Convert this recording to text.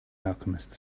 alchemist